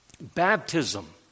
Baptism